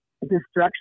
destruction